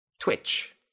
Twitch